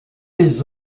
les